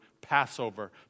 Passover